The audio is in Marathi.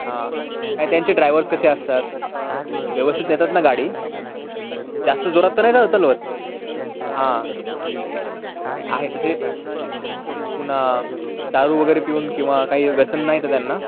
हा त्यांचे ड्रायव्हरस कसे असतात व्यवस्थित नेतात ना गाडी जास्त जोरात तर नाही चालवत हा ठीक हे नाही आहे तसे पुन्हा दारू वगैरे पिऊन किंवा काही व्यसन नाही ना त्यांना